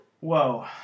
Whoa